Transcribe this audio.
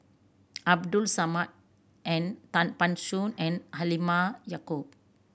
Abdul Samad and Tan Ban Soon and Halimah Yacob